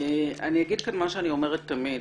אני אומר לכם מה שאני אומרת תמיד.